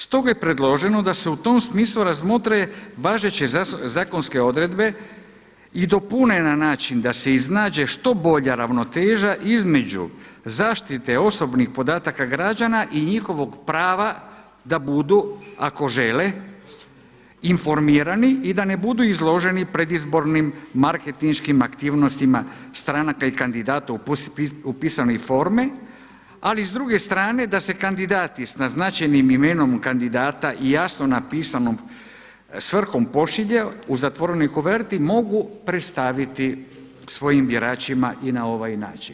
Stoga je predloženo da se u tom smislu razmotre važeće zakonske odredbe i dopune na način da se iznađe što bolja ravnoteža između zaštite osobni podataka građana i njihovog prava da budu ako žele informirani i da ne budu izloženi predizbornim marketinškim aktivnostima stranaka i kandidata u pisane forme, ali i s druge strane da se kandidati naznačenim imenom kandidata i jasno napisanom svrhom pošilje u zatvorenoj koverti mogu predstaviti svojim biračima i na ovaj način.